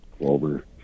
over